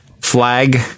flag